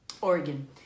Oregon